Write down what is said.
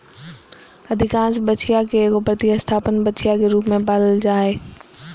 अधिकांश बछिया के एगो प्रतिस्थापन बछिया के रूप में पालल जा हइ